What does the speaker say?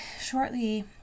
shortly